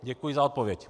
Děkuji za odpověď.